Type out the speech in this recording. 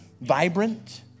vibrant